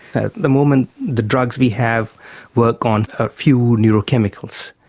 at the moment the drugs we have work on a few neurochemicals,